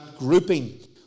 Grouping